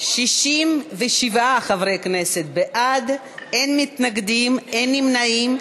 67 חברי כנסת בעד, אין מתנגדים, אין נמנעים.